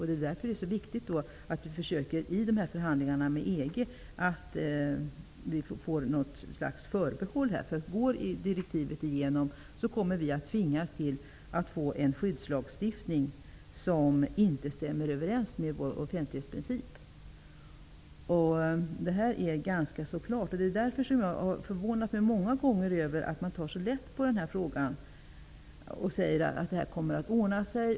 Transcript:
Det är därför det är så viktigt att vi i förhandlingarna med EG försöker att få något slags förbehåll. Går direktivet igenom kommer vi att påtvingas en skyddslagstiftning som inte stämmer överens med vår offentlighetsprincip. Det här är ganska klart. Det är därför jag många gånger har förvånat mig över att man tar så lätt på den här frågan och säger att det kommer att ordna sig.